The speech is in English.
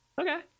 Okay